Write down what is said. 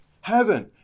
Heaven